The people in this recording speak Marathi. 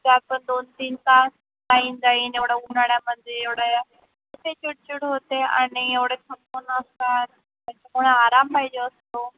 त्या पण दोन तीन तास लाईन जाईन एवढं उन्हाळ्यामध्ये एवढ्या तसे चिडचिड होते आणि एवढे थंप नसतात त्याच्यामुळे आराम पाहिजे असतो